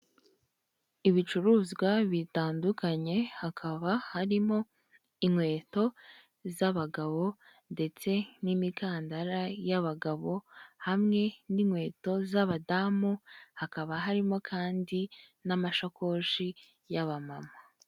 Ibicuruzwa bitandukanye hakaba harimo inkweto z'abagabo ndetse n'imikandara y'abagabo hamwe n'inkweto z'abadamu, hakaba harimo kandi n'amashakoshi y'abamama.